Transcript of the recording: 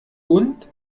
und